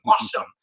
awesome